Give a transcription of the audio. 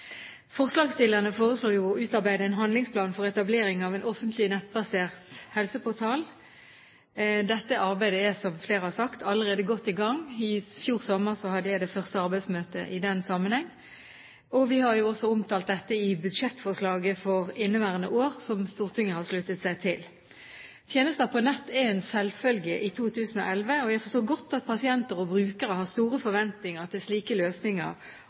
Forslagsstillerne foreslår å utarbeide en handlingsplan for etablering av en offentlig nettbasert helseportal. Dette arbeidet er, som flere har sagt, allerede godt i gang. I fjor sommer hadde jeg det første arbeidsmøtet i den sammenheng, og vi har også omtalt dette i budsjettforslaget for inneværende år, som Stortinget har sluttet seg til. Tjenester på nett er en selvfølge i 2011, og jeg forstår godt at pasienter og brukere har store forventninger til slike løsninger